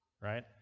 right